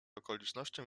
okolicznościom